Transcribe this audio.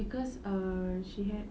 cause err she had